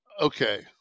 Okay